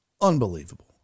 Unbelievable